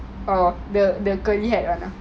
oh oh the curly hair one ah